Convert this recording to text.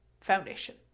foundation